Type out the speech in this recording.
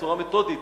בצורה מתודית,